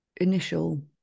initial